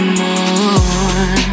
more